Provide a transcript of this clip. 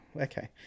okay